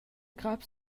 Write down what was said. crap